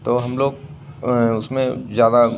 तो हम लोग उसमें ज़्यादा